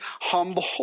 humble